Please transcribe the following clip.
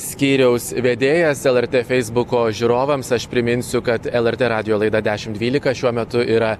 skyriaus vedėjas lrt feisbuko žiūrovams aš priminsiu kad lrt radijo laida dešimt dvylika šiuo metu yra